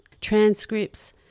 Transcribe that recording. transcripts